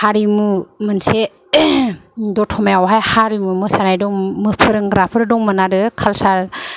हारिमु मोनसे द'तमायावहाय हारिमु मोसानाय दं फोरोंग्राफोर दंमोन आरो कालचार